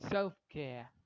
Self-care